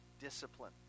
discipline